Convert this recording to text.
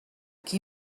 qui